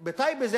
בטייבה,